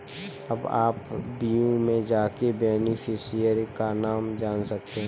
अब आप व्यू में जाके बेनिफिशियरी का नाम जान सकते है